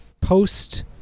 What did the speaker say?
Post